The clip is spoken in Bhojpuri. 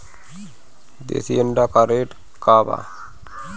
देशी अंडा का रेट बा?